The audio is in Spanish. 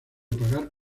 pagar